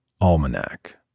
Almanac